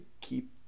keep